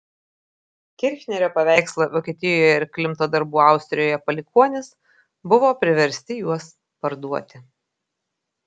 kirchnerio paveikslo vokietijoje ir klimto darbų austrijoje palikuonys buvo priversti juos parduoti